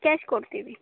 cash ಕೊಡ್ತೀವಿ